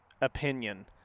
opinion